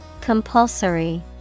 Compulsory